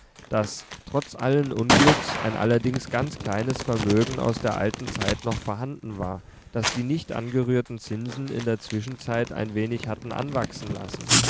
daß trotz allen unglücks ein allerdings ganz kleines vermögen aus der alten zeit noch vorhanden war das die nicht angerührten zinsen in der zwischenzeit ein wenig hatten anwachsen lassen